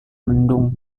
mendung